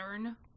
modern